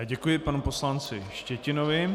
Děkuji panu poslanci Štětinovi.